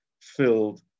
filled